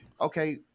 okay